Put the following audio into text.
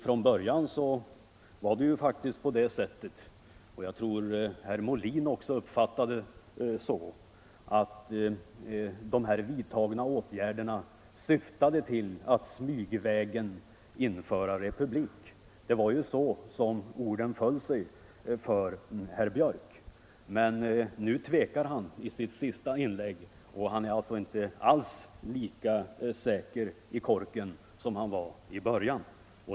Från början sade herr Björck — jag tror att herr Molin också uppfattade det så — att de vidtagna åtgärderna syftade till att smygvägen införa republik. Så föll orden från herr Björck. I sitt senaste inlägg tvekade han och var inte alls lika säker i korken som i början.